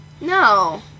No